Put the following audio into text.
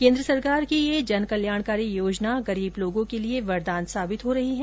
केंद्र सरकार की यह जनकल्याणकारी योजना गरीब लोगों के लिए वरदान साबित हो रही है